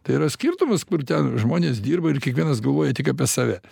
tai yra skirtumas kur ten žmonės dirba ir kiekvienas galvoja tik apie save